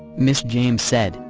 ms. james said,